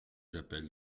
j’appelle